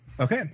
Okay